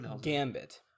Gambit